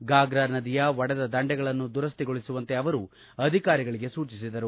ಫಾಗ್ರಾ ನದಿಯ ಒಡೆದ ದಂಡೆಗಳನ್ನು ದುರಕ್ಷಿಗೊಳಿಸುವಂತೆ ಅವರು ಅಧಿಕಾರಿಗಳಿಗೆ ಸೂಚಿಸಿದರು